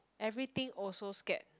everything also scared